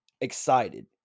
excited